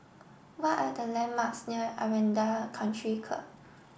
what are the landmarks near Aranda Country Club